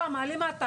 שם למטה